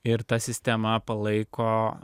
ir ta sistema palaiko